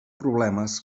problemes